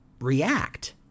react